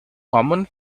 common